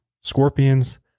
scorpions